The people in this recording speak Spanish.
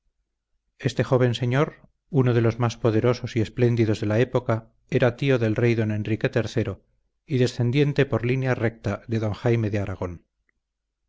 este joven señor uno de los más poderosos y espléndidos de la época era tío del rey don enrique iii y descendiente por línea recta de don jaime de aragón